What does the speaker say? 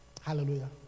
Hallelujah